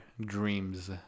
dreams